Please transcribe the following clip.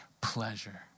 pleasure